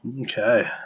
Okay